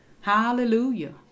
Hallelujah